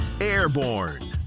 airborne